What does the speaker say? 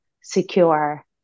secure